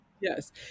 yes